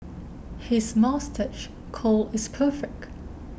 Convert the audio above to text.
his moustache curl is perfect